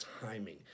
timing